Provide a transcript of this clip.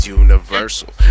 universal